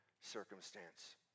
circumstance